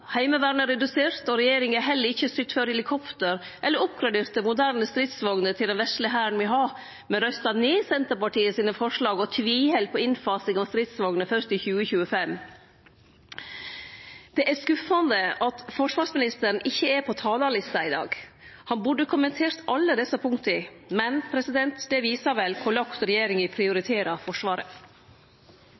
Heimevernet er redusert, og regjeringa har heller ikkje sytt for helikopter eller oppgraderte, moderne stridsvogner til den vesle hæren me har, men røysta ned Senterpartiets forslag og tviheld på innfasing av stridsvogner fyrst i 2025. Det er skuffande at forsvarsministeren ikkje er på talarlista i dag. Han burde ha kommentert alle desse punkta. Men det viser vel kor lågt regjeringa prioriterer Forsvaret.